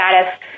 status